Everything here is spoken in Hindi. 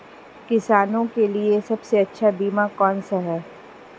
किसानों के लिए सबसे अच्छा बीमा कौन सा है?